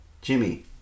Jimmy